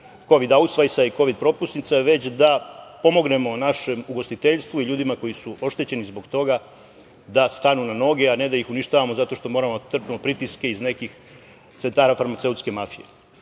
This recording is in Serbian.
ausvajsa“ i Kovid propusnica, već da pomognemo našem ugostiteljstvu i ljudima koji su oštećeni zbog toga da stanu na noge, a ne da ih uništavamo zato što moramo da trpimo pritiske iz nekih centara farmaceutske mafije. Druga